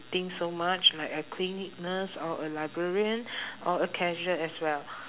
think so much like a clinic nurse or a librarian or a cashier as well